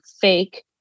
fake